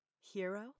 Hero